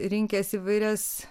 rinkęs įvairias